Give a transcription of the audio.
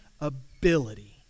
ability